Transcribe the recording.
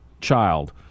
child